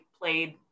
played